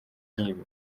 nk’ibi